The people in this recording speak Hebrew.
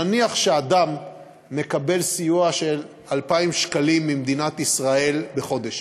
נניח שאדם מקבל סיוע של 2,000 שקלים ממדינת ישראל בחודש,